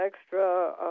extra